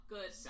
Good